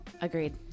Agreed